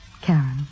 Karen